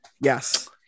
Yes